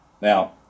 Now